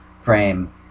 frame